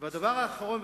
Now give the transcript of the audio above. והדבר האחרון,